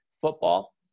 football